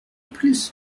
plus